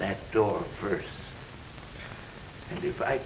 that door first and if i